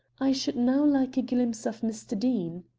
i should now like a glimpse of mr. deane.